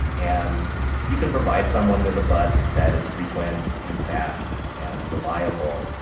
and you can provide someone with a bus that is frequent and fast and reliable,